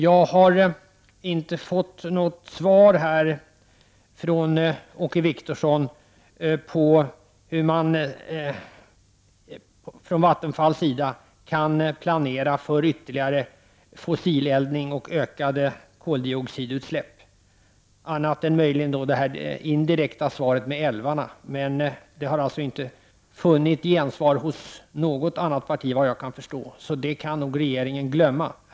Jag har inte fått något svar från Åke Wictorsson på frågan hur man från Vattenfalls sida kan planera för ytterligare fossileldning och ökade koldioxidutsläpp, annat än möjligen det indirekta svaret att man skall bygga ut älvarna. Men såvitt jag kan förstå har inte detta fått något gensvar hos något annat parti, så det kan nog regeringen glömma.